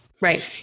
Right